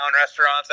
restaurants